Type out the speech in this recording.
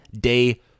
day